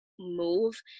Move